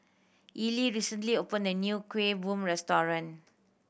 Ely recently opened a new Kueh Bom restaurant